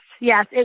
yes